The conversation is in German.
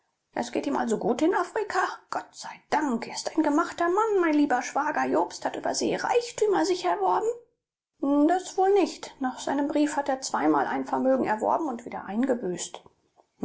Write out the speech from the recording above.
es geht ihm also gut in afrika gott sei dank er ist ein gemachter mann mein lieber schwager jobst hat über see reichtümer sich erworben das wohl nicht nach seinem briefe hat er zweimal ein vermögen erworben und wieder eingebüßt